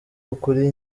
ukuri